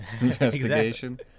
Investigation